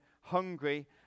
hungry